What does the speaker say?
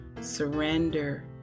surrender